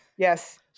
Yes